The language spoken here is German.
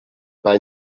bei